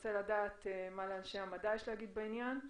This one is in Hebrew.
נרצה לדעת מה לאנשי המדע יש להגיד בעניין.